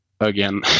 again